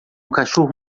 cachorro